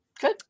Good